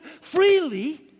freely